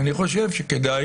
כדאי